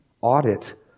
audit